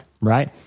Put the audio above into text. right